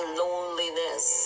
loneliness